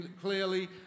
clearly